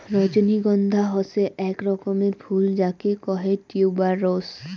রজনীগন্ধা হসে আক রকমের ফুল যাকে কহে টিউবার রোস